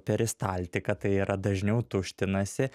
peristaltika tai yra dažniau tuštinasi